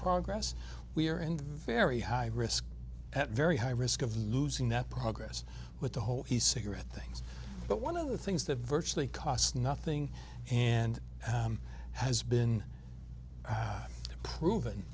progress we are in very high risk at very high risk of losing that progress with the whole he cigarette things but one of the things that virtually costs nothing and has been proven